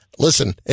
Listen